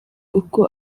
uko